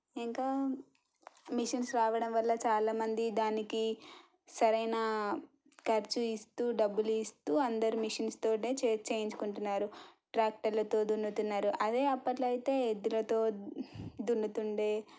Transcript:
ఇంకా మెషిన్స్ రావడం వల్ల చాలామంది దానికి సరైన ఖర్చు ఇస్తూ డబ్బులు ఇస్తూ అందరూ మెషీన్స్తోనే చేయించుకుంటున్నారు ట్రాక్టర్లతో దున్నుతున్నారు అదే అప్పట్లో అయితే ఎద్దులతో దున్నుతుండే